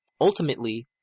Ultimately